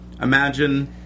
imagine